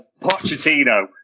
Pochettino